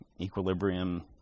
equilibrium